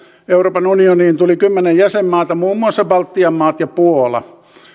euroopan unioniin tuli kymmenen jäsenmaata muun muassa baltian maat ja puola